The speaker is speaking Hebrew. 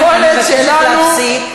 אני מבקשת להפסיק.